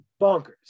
bonkers